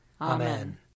Amen